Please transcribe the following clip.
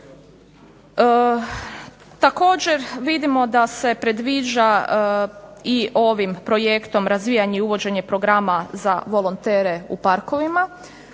Također vidimo da se predviđa i ovim projektom razvijanje i uvođenje programa za volontere u parkovima